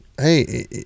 hey